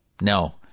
No